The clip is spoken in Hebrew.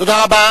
תודה רבה.